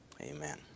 Amen